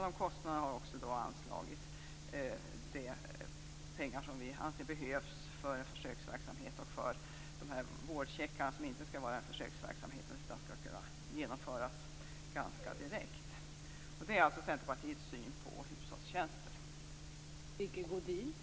Vi har anslagit de pengar som vi anser behövs för en försöksverksamhet och för vårdcheckarna, som alltså inte skall vara en försöksverksamhet, utan den saken skall kunna genomföras ganska så direkt. Detta är